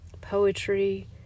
poetry